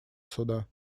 суда